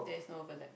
there is no overlap